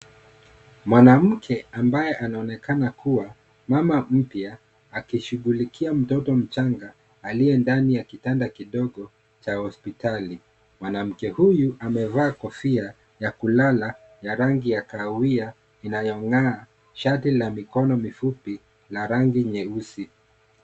Mwanamke ambaye anaonekana kuwa mama mpya akishughulikia mtoto mchanga aliye ndani ya kitanda kidogo cha hospitali, mwanamke huyu amevaa kofia ya kulala ya rangi ya kahawia inayong'aa shati la mikono mifupi la rangi nyeusi.